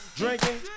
drinking